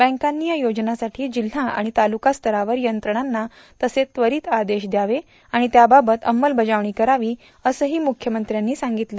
बँकांनी या योजनांसाठी जिल्हा आणि तालुका स्तरावर यंत्रणांना तसे त्वरित आदेश द्यावेत आणि त्याबाबत अंमलबजावणी करावी असंही मुख्यमंत्र्यांनी सांगितलं